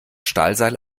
stahlseil